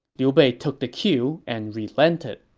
liu bei took the cue and relented.